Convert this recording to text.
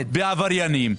בעבריינים?